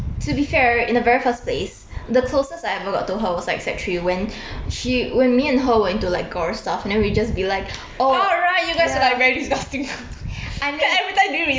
to be fair in the very first place the closest I ever got to her was like sec three when she when me and her were into like gore stuff and then we just be like oh ya I mean